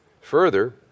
Further